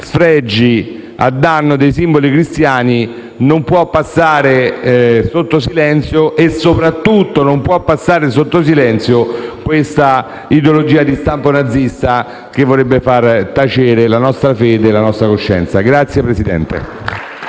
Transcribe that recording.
sfregi a danno dei simboli cristiani non può passare sotto silenzio e soprattutto non può passare sotto silenzio l'ideologia di stampo nazista che vorrebbe far tacere la nostra fede e la nostra coscienza. *(Applausi